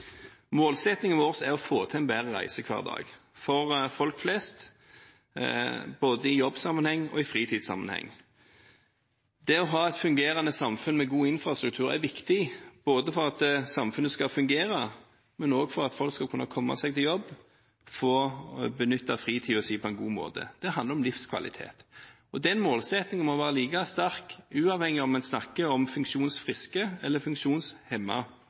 Målsettingen vår er å få til en bedre reisehverdag for folk flest, både i jobbsammenheng og i fritidssammenheng. Det å ha et fungerende samfunn med god infrastruktur er viktig, både for at samfunnet skal fungere, og for at folk skal kunne komme seg på jobb og benytte fritiden sin på en god måte. Det handler om livskvalitet. Den målsettingen må være like sterk uavhengig av om en snakker om funksjonsfriske eller